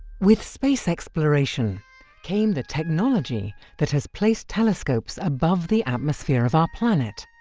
with space exploration came the technology that has placed telescopes above the atmosphere of our planet.